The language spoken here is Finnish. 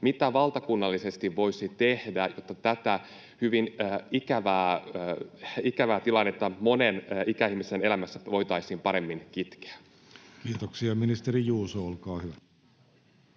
mitä valtakunnallisesti voisi tehdä, jotta tätä hyvin ikävää tilannetta monen ikäihmisen elämässä voitaisiin paremmin kitkeä. [Speech 84] Speaker: Jussi Halla-aho